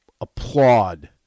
applaud